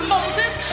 Moses